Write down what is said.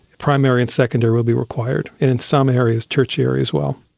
primary and secondary will be required, and in some areas tertiary as well.